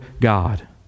God